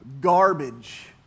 garbage